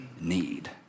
need